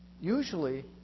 Usually